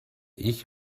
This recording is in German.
ich